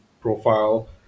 profile